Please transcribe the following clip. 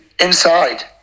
inside